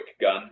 gun